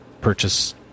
purchase